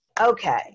Okay